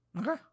okay